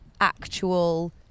actual